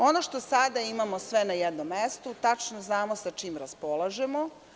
Ono što sada imamo sve na jednom mestu, tačno znamo sa čim raspolažemo.